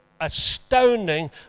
astounding